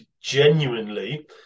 genuinely